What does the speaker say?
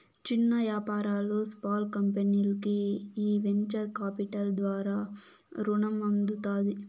చిన్న యాపారాలు, స్పాల్ కంపెనీల్కి ఈ వెంచర్ కాపిటల్ ద్వారా రునం అందుతాది